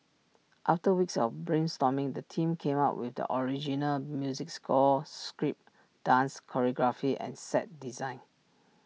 after weeks of brainstorming the team came up with the original music score script dance choreography and set design